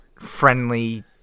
friendly